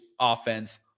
offense